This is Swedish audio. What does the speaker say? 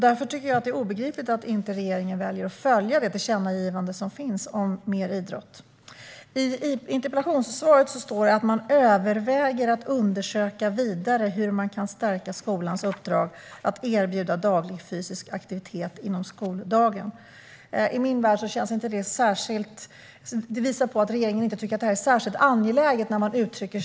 Därför tycker jag att det är obegripligt att regeringen väljer att inte följa det tillkännagivande som finns om mer idrott. I interpellationssvaret står det att man överväger att undersöka vidare hur man kan stärka skolans uppdrag att erbjuda daglig fysisk aktivitet inom skoldagen. Att man uttrycker sig i så vaga termer visar att regeringen inte tycker att detta är särskilt angeläget.